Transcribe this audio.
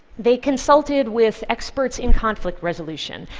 they consulted with experts in conflict resolution.